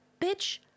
Bitch